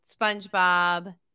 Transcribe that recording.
SpongeBob